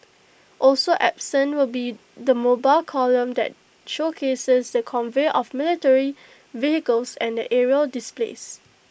also absent will be the mobile column that showcases the convoy of military vehicles and the aerial displays